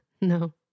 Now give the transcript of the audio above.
No